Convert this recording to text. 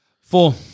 Four